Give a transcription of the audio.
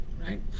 right